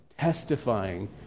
testifying